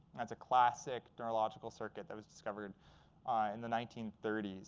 that's a classic neurological circuit that was discovered in the nineteen thirty s.